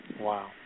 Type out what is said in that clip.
wow